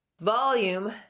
Volume